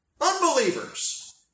Unbelievers